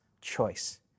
choice